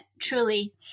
Truly